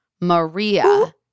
Maria